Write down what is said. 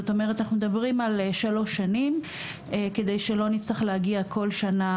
זאת אומרת אנחנו מדברים על שלוש שנים כדי שלא נצטרך להגיע כל שנה